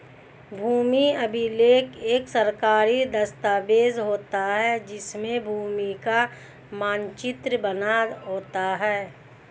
भूमि अभिलेख एक सरकारी दस्तावेज होता है जिसमें भूमि का मानचित्र बना होता है